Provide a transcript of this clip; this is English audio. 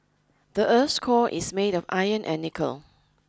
the earth core is made of iron and nickel